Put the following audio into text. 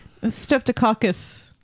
Streptococcus